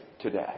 today